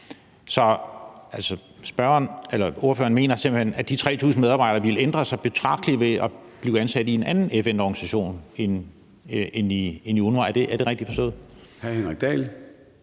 Så ordføreren mener simpelt hen, at de 3.000 medarbejdere ville ændre sig betragteligt ved at blive ansat i en anden FN-organisation end i UNRWA – er det rigtigt forstået?